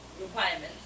requirements